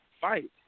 fight